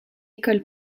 école